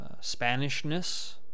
Spanishness